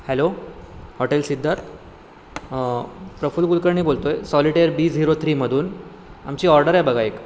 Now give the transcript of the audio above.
hello hotel Siddharth Praful Kulkarni बोलतोय solitaire D zero थ्रीमधून आमची ऑर्डर आहे बघा एक